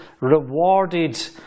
rewarded